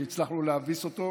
שהצלחנו להביס אותו.